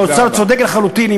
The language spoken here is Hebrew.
כי האוצר צודק לחלוטין.